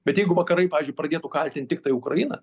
bet jeigu vakarai pavyzdžiui pradėtų kaltint tiktai ukrainą